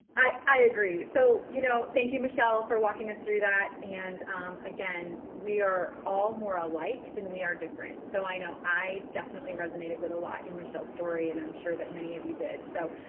i i agree. so, you know. thank you, michelle, for walking us through that. and again, we are all more alike than we are different. so i know i definitely resonated with a lot in michelle's story, and i'm sure that many of you did so.